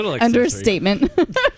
understatement